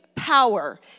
Power